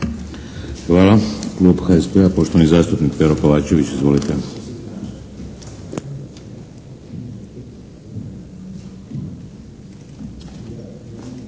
Hvala. Klub HSP-a, poštovani zastupnik Pero Kovačević. Izvolite.